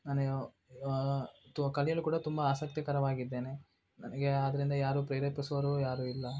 ನನಗೆ ತು ಕಲಿಯಲು ಕೂಡ ತುಂಬ ಆಸಕ್ತಿಕರವಾಗಿದ್ದೇನೆ ನನಗೆ ಆದ್ರಿಂದ ಯಾರು ಪ್ರೇರೇಪಿಸುವರು ಯಾರು ಇಲ್ಲ